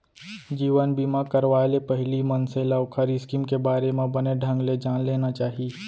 जीवन बीमा करवाय ले पहिली मनसे ल ओखर स्कीम के बारे म बने ढंग ले जान लेना चाही